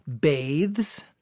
bathes